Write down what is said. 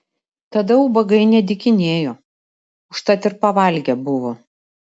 tada ubagai nedykinėjo užtat ir pavalgę buvo